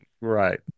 Right